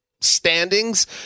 standings